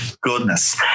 goodness